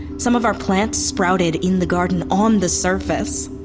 some of our plants sprouted in the garden, on the surface.